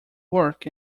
work